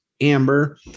Amber